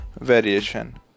variation